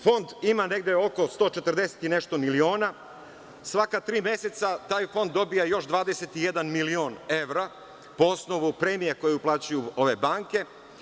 Fond ima negde oko 140 i nešto miliona, svaka tri meseca taj Fond dobija još 21 milion evra po osnovu premija koje uplaćuju ove banke.